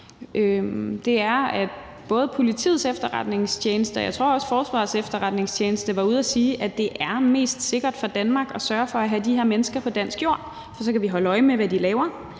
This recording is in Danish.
mig, er, at både Politiets Efterretningstjeneste og jeg tror også, at Forsvarets Efterretningstjeneste har været ude at sige, at det er mest sikkert for Danmark at sørge for at have de her mennesker på dansk jord, for så kan vi holde øje med, hvad de laver.